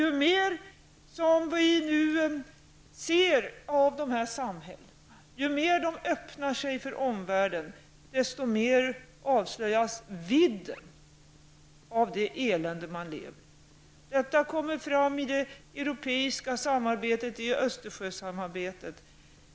Ju mer som vi nu ser av dessa samhällen, ju mer de öppnar sig för omvärlden, desto mer avslöjas vidden av det elände som människorna lever i. Detta kommer fram i det europeiska samarbetet, i Östersjösamarbetet.